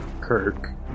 Kirk